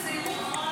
בזהירות,